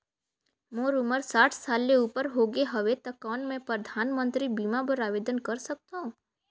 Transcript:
मोर उमर साठ साल ले उपर हो गे हवय त कौन मैं परधानमंतरी बीमा बर आवेदन कर सकथव?